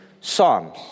psalms